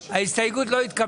לא אושר ההסתייגות לא התקבלה.